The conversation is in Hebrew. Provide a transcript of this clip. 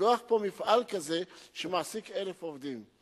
לפתוח פה מפעל כזה שמעסיק 1,000 עובדים.